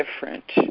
different